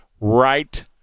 right